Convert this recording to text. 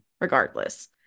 regardless